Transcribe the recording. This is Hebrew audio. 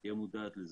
תהיה מודעת לזה.